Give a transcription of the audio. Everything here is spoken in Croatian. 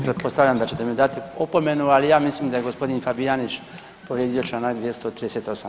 Pretpostavljam da ćete mi dati opomenu, ali ja mislim da je gospodin Fabijanić povrijedio Članak 238.